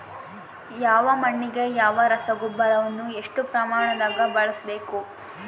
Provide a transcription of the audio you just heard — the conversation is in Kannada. ಯಾವ ಮಣ್ಣಿಗೆ ಯಾವ ರಸಗೊಬ್ಬರವನ್ನು ಎಷ್ಟು ಪ್ರಮಾಣದಾಗ ಬಳಸ್ಬೇಕು?